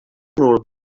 nul